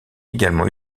également